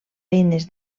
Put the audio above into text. eines